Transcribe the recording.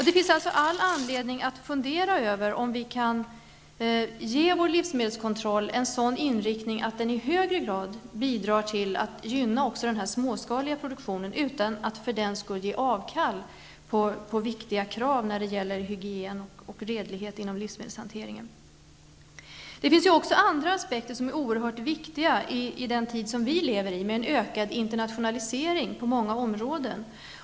Det finns alltså all anledning att fundera över om vi kan ge vår livsmedelskontroll en sådan inriktning att den i högre grad bidrar till att gynna också den småskaliga produktionen, utan att för den skull ge avkall på viktiga krav på hygien och redlighet inom livsmedelshanteringen. Det finns också andra aspekter som är oerhört viktiga i den tid som vi nu lever i, med en ökad internationalisering på många områden.